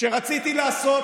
שרציתי לעשות,